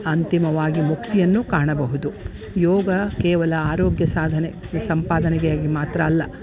ಅಂತಿಮವಾಗಿ ಮುಕ್ತಿಯನ್ನು ಕಾಣಬಹುದು ಯೋಗ ಕೇವಲ ಆರೋಗ್ಯ ಸಾಧನೆ ಸಂಪಾದನೆಗಾಗಿ ಮಾತ್ರ ಅಲ್ಲ